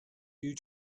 you